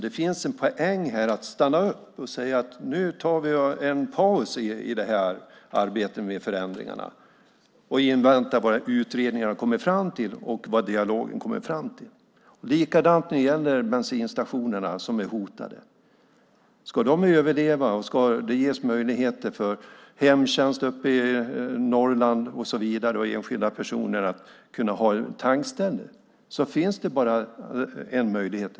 Det finns en poäng i att stanna upp och säga: Nu tar vi en paus i arbetet med förändringarna och inväntar vad utredningarna och dialogen kommer fram till. Det är likadant när det gäller bensinstationerna som är hotade. Om de ska överleva och om det ska ges möjligheter för hemtjänsten och enskilda personer i Norrland att ha ett tankställe finns det bara en möjlighet.